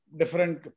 different